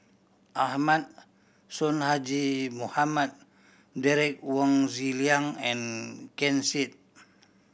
Ahmad Sonhadji Mohamad Derek Wong Zi Liang and Ken Seet